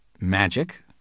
Magic